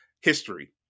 history